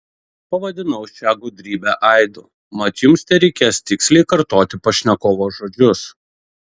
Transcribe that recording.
pavadinau šią gudrybę aidu mat jums tereikės tiksliai kartoti pašnekovo žodžius